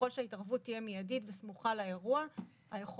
ככל שההתערבות תהיה מיידית וסמוכה לאירוע,